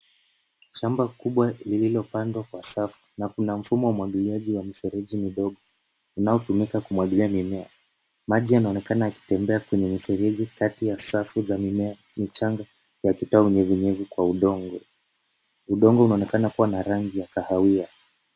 Shamba kubwa lililopandwa kwa safu na kuna mfumo wa umwagiliaji wa mifereji midogo unaotumika kumwagilia mimea. Maji yanaonekana yakitembea kwenye mifereji kati ya safu za mimea, mchanga yakipewa unyevunyevu kwa udongo. Udongo unaonekana kuwa na rangi ya kahawia.